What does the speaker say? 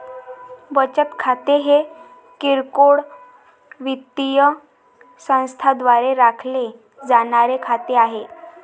बचत खाते हे किरकोळ वित्तीय संस्थांद्वारे राखले जाणारे खाते आहे